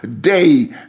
Day